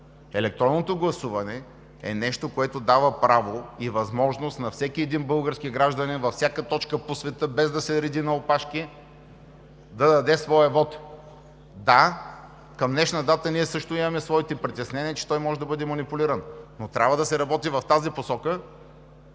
Електронното гласуване е нещо, което дава право и възможност на всеки един български гражданин във всяка точка по света, без да се реди на опашки, да даде своя вот. Да, към днешна дата ние също имаме своите притеснения, че той може да бъде манипулиран. Трябва да се работи в тази посока